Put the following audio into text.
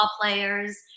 players